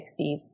1960s